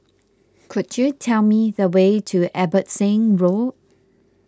could you tell me the way to Abbotsingh Road